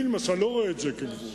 אני למשל לא רואה את זה כגבול.